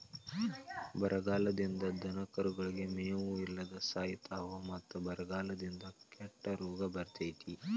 ಬರಗಾಲದಿಂದ ದನಕರುಗಳು ಮೇವು ಇಲ್ಲದ ಸಾಯಿತಾವ ಮತ್ತ ಬರಗಾಲದಿಂದ ಕೆಟ್ಟ ರೋಗ ಬರ್ತೈತಿ